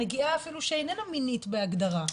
נגיעה אפילו שאיננה מינית בהגדרה.